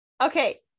Okay